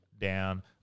down